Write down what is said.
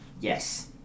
yes